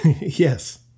Yes